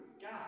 God